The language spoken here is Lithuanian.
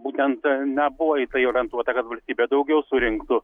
būtent na buvo į tai orientuota kad valstybė daugiau surinktų